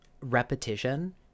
repetition